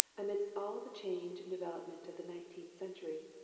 amidst all the change and development of the nineteenth century,